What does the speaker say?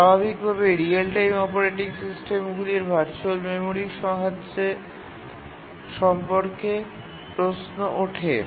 স্বাভাবিকভাবেই real time operating সিস্টেমগুলির virtual মেমরির সাহায্য সম্পর্কে প্রশ্ন ওঠে